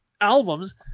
albums